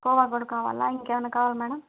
కోవా కూడా కావాలా ఇంకా ఏమన్నా కావాలా మేడం